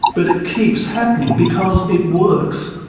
but it keeps happening because it works.